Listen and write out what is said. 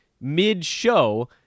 mid-show